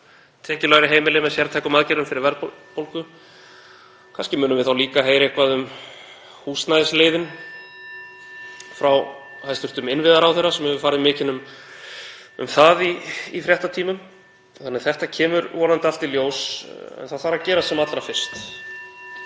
tekjulægri heimili með sértækum aðgerðum fyrir verðbólgu. (Forseti hringir.) Kannski munum við þá líka heyra eitthvað um húsnæðisliðinn frá hæstv. innviðaráðherra sem hefur farið mikinn um það í fréttatímum. Þetta kemur vonandi allt í ljós en það þarf að gerast sem allra fyrst.